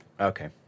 okay